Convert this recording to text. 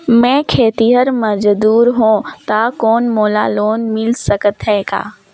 मैं खेतिहर मजदूर हों ता कौन मोला लोन मिल सकत हे का?